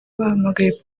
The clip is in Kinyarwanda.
bahamagaye